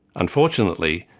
unfortunately,